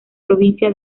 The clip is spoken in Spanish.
provincia